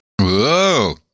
whoa